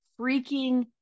freaking